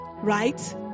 Right